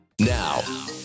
Now